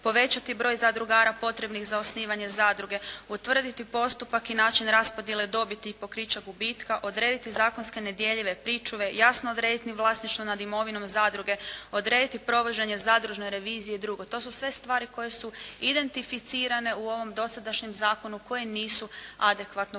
povećati broj zadrugara potrebnih za osnivanje zadruge, utvrditi postupak i način raspodjele dobiti i pokrića gubitka, odrediti zakonske nedjeljive pričuve, jasno odrediti vlasništvo nad imovinom zadruge, odrediti provođenje zadružne revizije i drugo. To su sve stvari koje su identificirane u ovom dosadašnjem zakonu koje nisu adekvatno